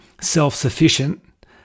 self-sufficient